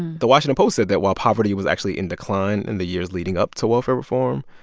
the washington post said that, while poverty was actually in decline in the years leading up to welfare reform,